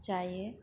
जायो